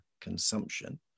consumption